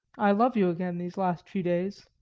i love you again, these last few days,